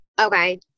Okay